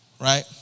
right